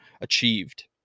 achieved